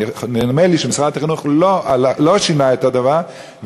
נדמה לי שמשרד החינוך לא שינה את הדבר,